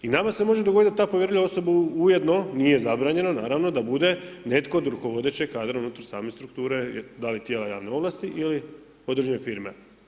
I nama se može dogoditi da ta povjerljiva osoba ujedno nije zabranjeno naravno da bude netko od rukovodećeg kadra unutar same strukture, da li tijela javne ovlasti ili određene firme.